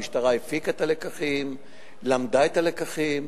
המשטרה הפיקה את הלקחים, למדה את הלקחים.